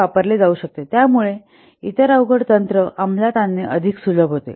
हे वापरले जाऊ शकते त्यामुळे इतर अवघड तंत्र अंमलात आणणे अधिक सुलभ होते